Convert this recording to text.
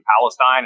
Palestine